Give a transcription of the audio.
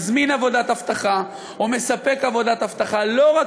מזמין עבודת אבטחה או מספק עבודת אבטחה לא רק